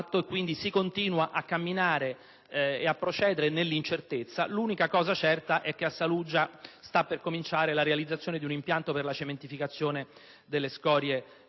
Quindi, si continua a camminare ed a procedere nell'incertezza; l'unica cosa certa è che a Saluggia sta per iniziare la realizzazione di un impianto per la cementificazione delle scorie